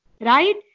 Right